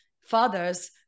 fathers